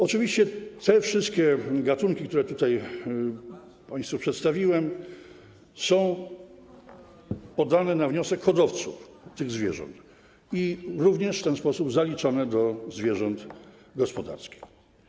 Oczywiście te wszystkie gatunki, które państwu przedstawiłem, są tu wpisane na wniosek hodowców tych zwierząt i również w ten sposób są zaliczane do zwierząt gospodarskich.